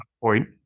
point